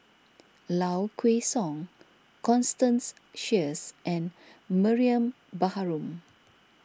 Low Kway Song Constance Sheares and Mariam Baharom